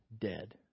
dead